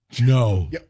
No